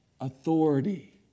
authority